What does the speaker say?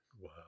Wow